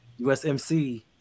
USMC